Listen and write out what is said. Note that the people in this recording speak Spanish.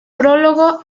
prólogo